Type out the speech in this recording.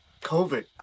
COVID